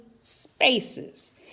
spaces